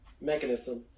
mechanism